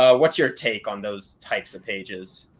ah what's your take on those types of pages?